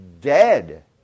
dead